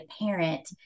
parent